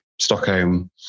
Stockholm